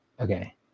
Okay